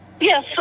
Yes